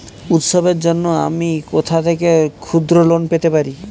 উৎসবের জন্য আমি কোথা থেকে ক্ষুদ্র লোন পেতে পারি?